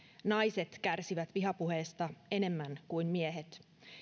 naiset kärsivät vihapuheesta enemmän kuin miehet